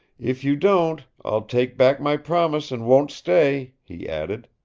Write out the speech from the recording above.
if you don't i'll take back my promise, and won't stay, he added.